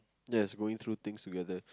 that's going through things together